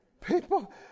People